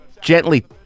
gently